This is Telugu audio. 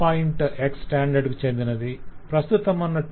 x స్టాండర్డ్ కు చెందినది ప్ర స్తుతమున్న 2